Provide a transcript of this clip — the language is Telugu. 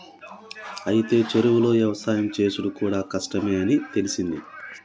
అయితే చెరువులో యవసాయం సేసుడు కూడా కష్టమే అని తెలిసింది